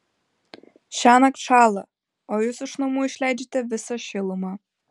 šiąnakt šąla o jūs iš namų išleidžiate visą šilumą